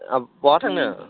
अ बहा थांनो